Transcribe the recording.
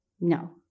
No